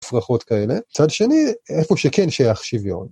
צרחות כאלה, צד שני איפה שכן שייך שוויון.